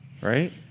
Right